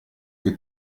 che